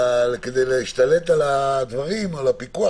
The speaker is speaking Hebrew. איך אפשר בכלל לחשוב על סגירה של בתי אבות?